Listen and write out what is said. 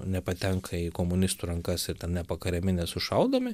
nepatenka į komunistų rankas ir ten nepakariami nesušaudomi